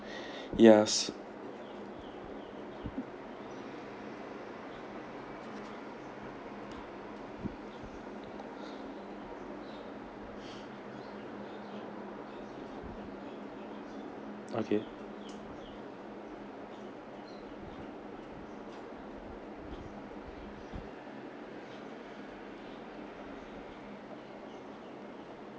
yes okay